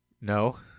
No